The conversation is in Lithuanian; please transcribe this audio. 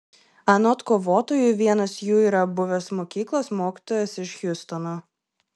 anot kovotojų vienas jų yra buvęs mokyklos mokytojas iš hjustono